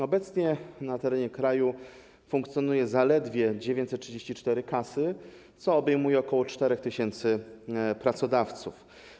Obecnie na terenie kraju funkcjonują zaledwie 934 kasy, co obejmuje ok. 4 tys. pracodawców.